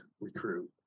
recruit